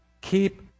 keep